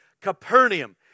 Capernaum